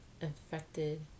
infected